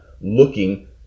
looking